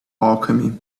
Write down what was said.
alchemy